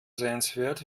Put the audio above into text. sehenswert